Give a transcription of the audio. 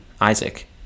Isaac